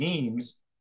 memes